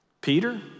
Peter